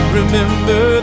remember